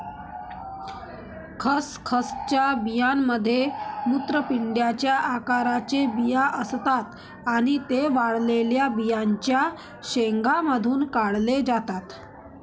खसखसच्या बियांमध्ये मूत्रपिंडाच्या आकाराचे बिया असतात आणि ते वाळलेल्या बियांच्या शेंगांमधून काढले जातात